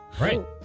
Right